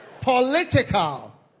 political